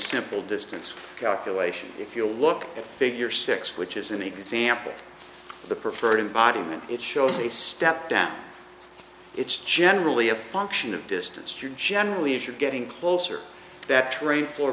simple distance calculation if you'll look at figure six which is an example the preferred embodiment it shows a step down it's generally a function of distance you generally if you're getting closer that train for